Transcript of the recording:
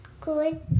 Good